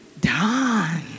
done